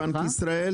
בנק ישראל,